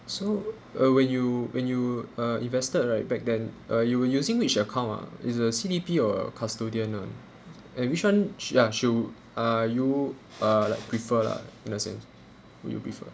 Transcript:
so uh when you when you uh invested right back then uh you were using which account ah it's a C_D_P or custodian [one] and which [one] should ah should ah you uh like prefer lah in a sense will you prefer